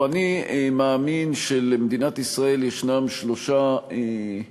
עליהם להיות תמיד זמינים וערניים לשעת-חירום,